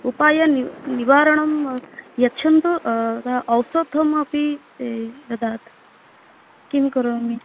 उपायं नि निवारणं यच्छन्तु औषधम् अपि ददातु किं करोमि